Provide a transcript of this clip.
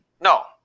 No